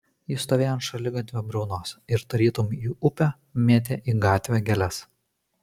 jis stovėjo ant šaligatvio briaunos ir tarytum į upę mėtė į gatvę gėles